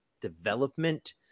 development